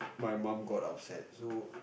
my mum got upset so